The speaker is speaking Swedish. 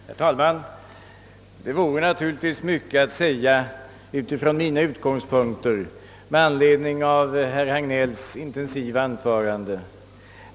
Herr talman! Det vore naturligtvis utifrån mina utgångspunkter mycket att säga med anledning av herr Hagnells intensiva anförande.